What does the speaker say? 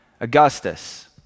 Augustus